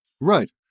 right